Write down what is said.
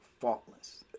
faultless